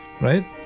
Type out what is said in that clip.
right